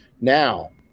Now